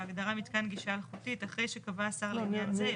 בהגדרה "מתקן גישה אלחוטית" אחרי "שקבע השר לענין זה"